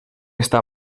está